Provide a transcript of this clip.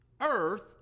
earth